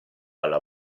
alla